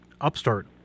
upstart